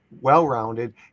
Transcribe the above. well-rounded